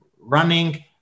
running